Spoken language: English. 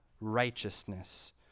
righteousness